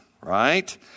right